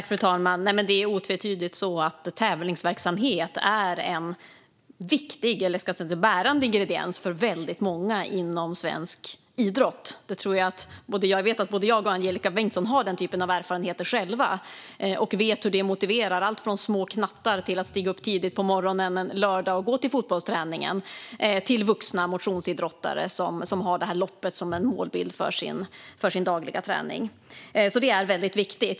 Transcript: Fru talman! Det är otvetydigt så att tävlingsverksamhet är en viktig, eller bärande, ingrediens för väldigt många inom svensk idrott. Jag vet att både jag och Angelika Bengtsson själva har den typen av erfarenheter och vet hur detta motiverar små knattar att stiga upp tidigt på morgonen en lördag och gå till fotbollsträningen liksom det motiverar vuxna motionsidrottare som har ett lopp som en målbild för sin dagliga träning. Det är väldigt viktigt.